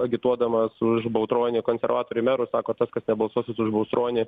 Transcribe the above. agituodamas už baltronį konservatorių į merus sako tas kas nebalsuosit už baltronį